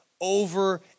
over